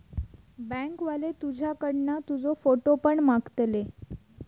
bank वाले तुझ्याकडना तुजो फोटो पण मागतले